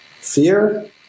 fear